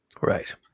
right